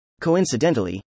Coincidentally